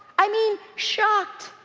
i mean, shocked,